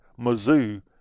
Mizzou